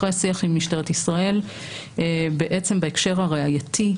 אחרי שיח עם משטרת ישראל בעצם בהקשר הראייתי,